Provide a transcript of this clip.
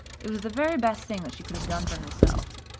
it was the very best thing that she could have done for herself.